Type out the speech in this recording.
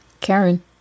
Karen